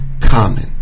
common